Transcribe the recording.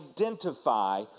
identify